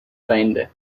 feinde